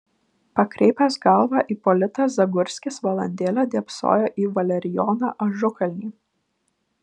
pakreipęs galvą ipolitas zagurskis valandėlę dėbsojo į valerijoną ažukalnį